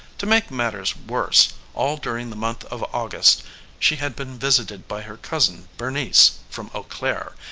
to make matters worse, all during the month of august she had been visited by her cousin bernice from eau claire,